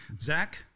Zach